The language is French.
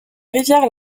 rivière